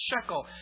shekel